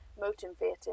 motivating